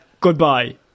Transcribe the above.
Goodbye